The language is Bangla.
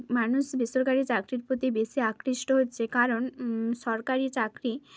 মানুষ বেসরকারি চাকরির প্রতি বেশি আকৃষ্ট হচ্ছে কারণ সরকারি চাকরি